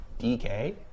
DK